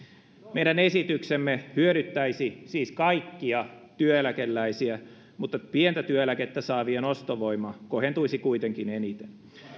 meidän esityksemme hyödyttäisi siis kaikkia työeläkeläisiä mutta pientä työeläkettä saavien ostovoima kohentuisi kuitenkin eniten